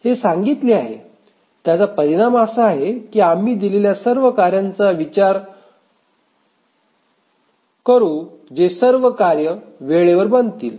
हे सांगितले आहे त्याचा परिणाम असा आहे की आम्ही दिलेल्या सर्व कार्यांचा विचार करू जे सर्व कार्ये वेळेवर बनतील